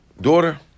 daughter